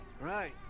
Right